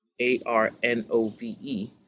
A-R-N-O-V-E